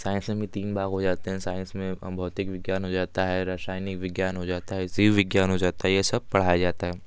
science में भी तीन भाग हो जाते हैं साइंस में भौतिक विज्ञान हो जाता है रसायनिक विज्ञान हो जाता है जीव विज्ञान हो जाता है ये सब पढ़ाया जाता है